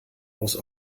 aus